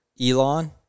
Elon